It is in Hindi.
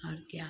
और क्या